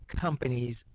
companies